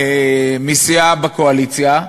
מסיעה בקואליציה,